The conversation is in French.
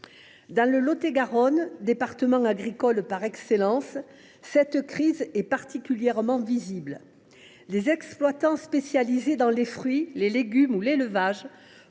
pays. En Lot et Garonne, département agricole par excellence, cette crise est particulièrement perceptible. Les exploitants spécialisés dans les fruits, les légumes ou l’élevage